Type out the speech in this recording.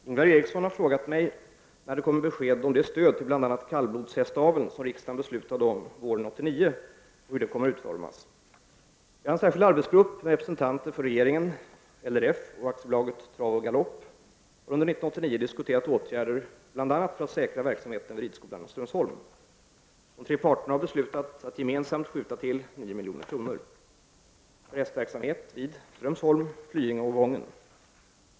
Herr talman! Ingvar Eriksson har frågat mig när det kommer besked om det stöd till bl.a. kallblodshästaveln som riksdagen beslutade om våren 1989 och hur det kommer att utformas. En särskild arbetsgrupp med representanter för regeringen, Lantbrukarnas Riksförbund och AB Trav och Galopp har under 1989 diskuterat åtgärder bl.a. för att säkra verksamheten vid ridskolan Strömsholm. De tre parterna har beslutat att gemensamt skjuta till 9 milj.kr. för hästverksamheten vid Strömsholm, Flyinge och Wången.